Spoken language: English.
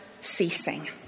ceasing